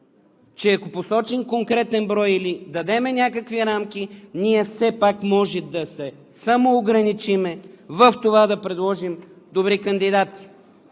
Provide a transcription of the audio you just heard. че ако посочим конкретен брой, или дадем някакви рамки, ние все пак може да се самоограничим в това да предложим добри кандидати,